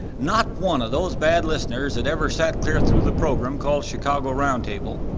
not one of those bad listeners had ever sat clear through the program called chicago roundtable,